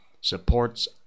supports